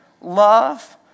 love